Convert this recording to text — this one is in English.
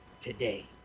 today